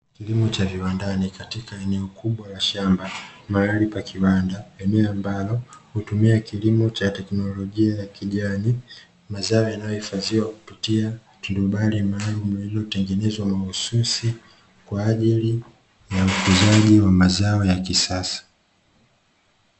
Kilimo cha viwandani katika eneo kubwa la shamba mahali pa kiwanda, eneo ambalo hutumia kilimo cha teknolojia ya kijani, mazao yanayohifadhiwa kupitia turubai maalumu lililotengenezwa mahususi kwaajili ya ukuzaji wa mazao ya kisasa.